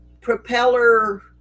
propeller